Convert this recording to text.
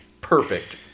Perfect